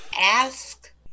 ask